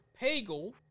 Pagel